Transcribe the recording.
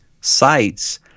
sites